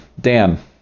Dan